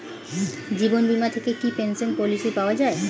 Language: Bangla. জীবন বীমা থেকে কি পেনশন পলিসি পাওয়া যায়?